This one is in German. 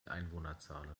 einwohnerzahlen